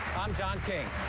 i'm john king.